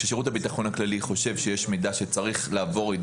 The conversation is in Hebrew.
כששירות הביטחון הכללי חושב שיש מידע שצריך לעבור לידי